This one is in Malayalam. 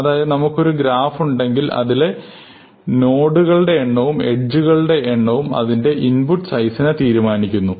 അതായത് നമുക്കൊരു ഗ്രാഫ് ഉണ്ടെങ്കിൽ അതിലെ നോട്കളുടെ എണ്ണവും എഡ്ജ്കളുടെ എണ്ണവും അതിൻറെ ഇൻപുട്ട് സൈസിനെ തീരുമാനിക്കുന്നു